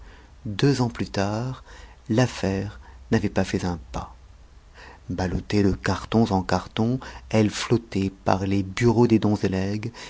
deux ans plus tard l'affaire n'avait pas fait un pas ballottée de cartons en cartons elle flottait par les bureaux des dons